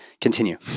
continue